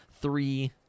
Three